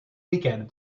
weekend